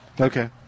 Okay